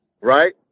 right